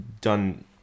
done